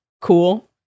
cool